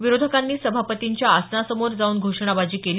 विरोधकांनी सभापतींच्या आसनासमोर जाऊन घोषणाबाजी केली